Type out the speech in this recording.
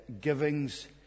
givings